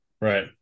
right